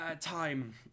time